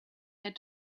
had